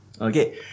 okay